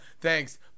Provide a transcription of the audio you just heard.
thanks